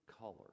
color